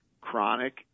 chronic